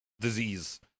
disease